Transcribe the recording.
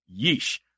Yeesh